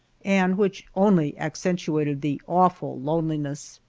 and which only accentuated the awful loneliness.